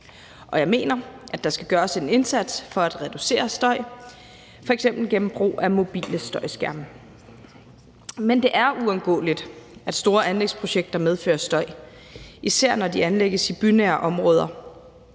og jeg mener, at der skal gøres en indsats for at reducere støj, f.eks. gennem brug af mobile støjskærme. Men det er uundgåeligt, at store anlægsprojekter medfører støj, især når de anlægges i bynære områder,